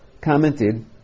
commented